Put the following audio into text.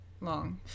long